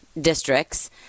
districts